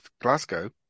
Glasgow